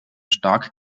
stark